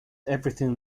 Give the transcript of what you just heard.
everything